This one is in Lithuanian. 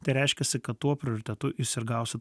tai reiškiasi kad tuo prioritetu jūs ir gausit